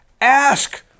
Ask